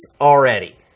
already